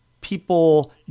people